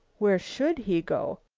where should he go?